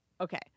Okay